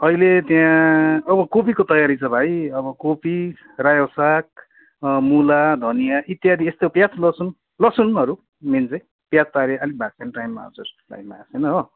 अहिले त्यहाँ अब कोपीको तयारी छ भाइ अब कोपी रायो साग मुला धनियाँ इत्यादि यस्तो प्याज लसुन लसुनहरू मेन चाहिँ प्याज त अहिले अलिक भएको छैन टाइम भएको छैन हो